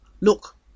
Look